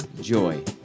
joy